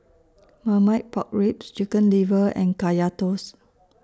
Marmite Pork Ribs Chicken Liver and Kaya Toast